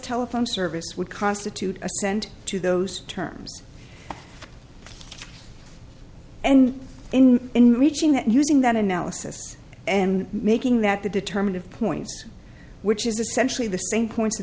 telephone service would constitute assent to those terms and in in reaching that using that analysis and making that the determined of points which is essentially the same points the